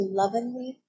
lovingly